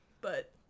But-